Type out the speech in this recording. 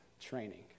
training